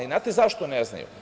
Znate zašto ne znaju?